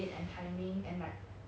you don't need to learn a lot lah